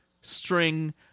string